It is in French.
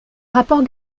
rapport